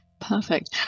Perfect